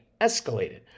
escalated